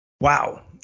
Wow